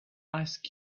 ice